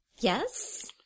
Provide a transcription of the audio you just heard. Yes